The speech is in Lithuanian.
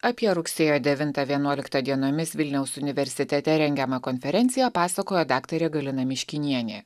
apie rugsėjo devintą vienuoliktą dienomis vilniaus universitete rengiamą konferenciją pasakojo daktarė galina miškinienė